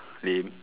lame